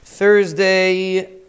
Thursday